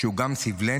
שהוא גם סבלנו.